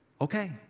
Okay